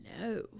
No